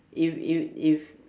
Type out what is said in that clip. if if if